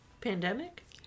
Pandemic